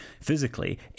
physically